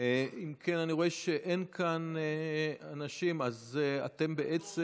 אם כן, אני רואה שאין כאן אנשים, אז אתם בעצם,